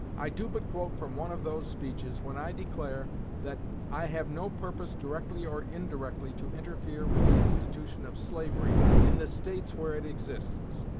i do but quote from one of those speeches when i declare that i have no purpose, directly or indirectly, to interfere with the institution of slavery in the states where it exists.